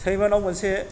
सैमानाव मोनसे